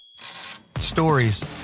Stories